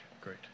Great